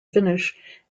finish